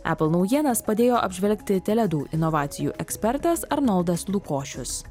apple naujienas padėjo apžvelgti teledu inovacijų ekspertas arnoldas lukošius